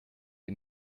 you